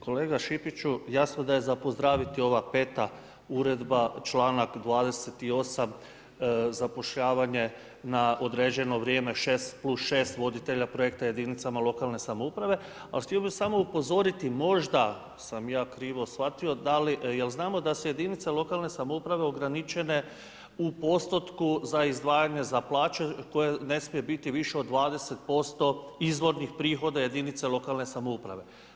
Kolega Šipiću, jasno da je za pozdraviti ovu 5 uredbu, članak 28., zapošljavanje na određeno vrijeme 6+6 voditelja projekta jedinicama lokalne samouprave, ali htio bi samo upozoriti, možda sam ja krivo shvatio, jer znamo da su jedinice lokalne samouprave ograničene u postotku za izdvajanje za plaće koje ne smiju biti više od 20% izvornih prihoda jedinica lokalne samouprave.